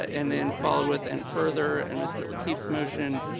and then followed with and further and mr. lateef's motion,